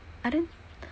I don't